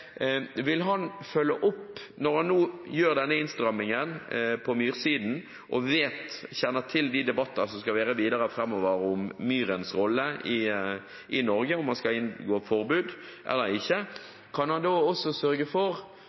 vil følge opp. Når han nå gjør denne innstrammingen på myrsiden og kjenner til de videre debattene som skal være framover, om myras rolle i Norge og om hvorvidt man skal inngå forbud eller ikke, kan han da også sørge for